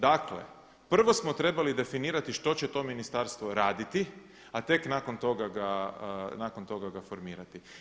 Dakle prvo smo trebali definirati što će to ministarstvo raditi a tek nakon toga ga formirati.